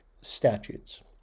statutes